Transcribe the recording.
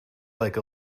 like